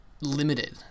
limited